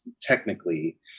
technically